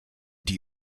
die